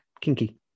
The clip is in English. kinky